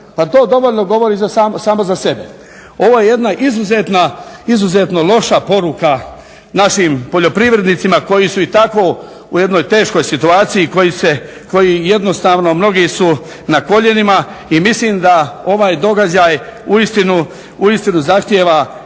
Pa to dovoljno govori samo za sebe. Ovo je jedna izuzetno loša poruka našim poljoprivrednicima koji su i tako u jednoj teškoj situaciji, koji jednostavno mnogi su na koljenima i mislim da ovaj događaj uistinu zahtijeva